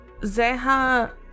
Zeha